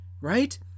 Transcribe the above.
right